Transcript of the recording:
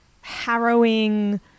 harrowing